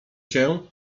się